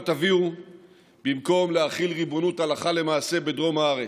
תביאו במקום להחיל ריבונות הלכה למעשה בדרום הארץ.